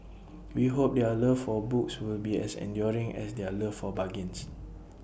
we hope their love for books will be as enduring as their love for bargains